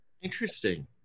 Interesting